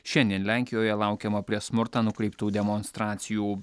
šiandien lenkijoje laukiama prieš smurtą nukreiptų demonstracijų